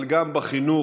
אבל גם בחינוך,